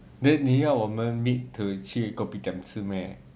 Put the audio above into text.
then 你要我们 meet to 去 kopitiam 吃 meh